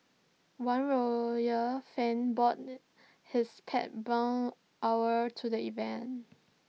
one royal fan bought his pet barn our to the event